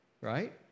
right